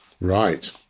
right